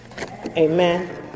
Amen